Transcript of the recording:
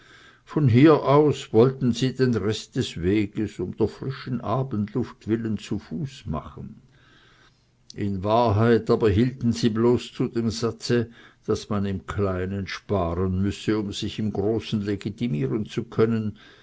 von hier aus wollten sie den rest des weges um der frischen abendluft willen zu fuß machen in wahrheit aber hielten sie bloß zu dem satze daß man im kleinen sparen müsse um sich im großen legitimieren zu können